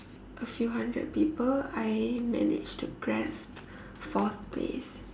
a few hundred people I managed to grasp fourth place